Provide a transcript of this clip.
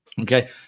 Okay